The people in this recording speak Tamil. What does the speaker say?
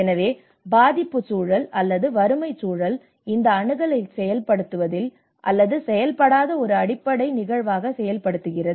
எனவே பாதிப்புச் சூழல் அல்லது வறுமை சூழல் இந்த அணுகலைச் செயல்படுத்துவதில் அல்லது செயல்படாத ஒரு அடிப்படை நிகழ்வாக செயல்படுகிறது